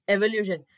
Evolution